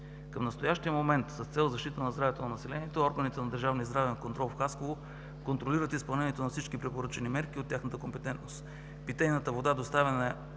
Към настоящия момент, с цел защита на здравето на населението, органите на държавния и здравен контрол в Хасково контролират изпълнението на всички препоръчани мерки. От тяхната компетентност питейната вода, доставяна